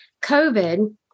COVID